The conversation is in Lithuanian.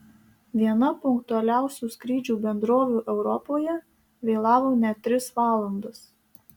viena punktualiausių skrydžių bendrovių europoje vėlavo net tris valandas